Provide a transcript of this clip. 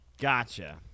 gotcha